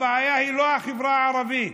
הבעיה היא לא החברה הערבית.